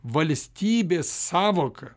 valstybės sąvoka